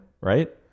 right